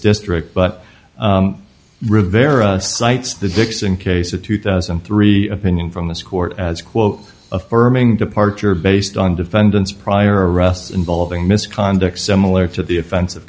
district but rivera cites the dixon case of two thousand and three opinion from this court as quote affirming departure based on defendants prior arrests involving misconduct similar to the offensive